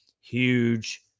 huge